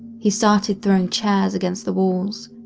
he started throwing chairs against the walls,